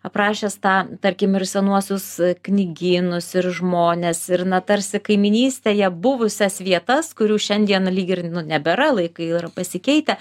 aprašęs tą tarkim ir senuosius knygynus ir žmones ir na tarsi kaimynystėje buvusias vietas kurių šiandien lyg ir nu nebėra laikai yra pasikeitę